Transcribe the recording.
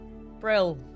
Brill